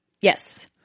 Yes